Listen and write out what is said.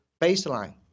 baseline